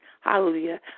hallelujah